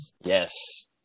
Yes